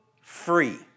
free